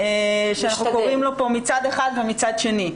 של מצד אחד ומצד שני.